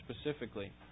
specifically